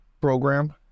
program